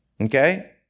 Okay